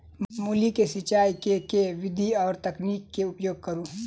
मूली केँ सिचाई केँ के विधि आ तकनीक केँ उपयोग करू?